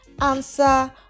answer